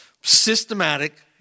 systematic